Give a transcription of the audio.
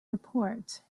report